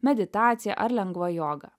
meditacija ar lengva joga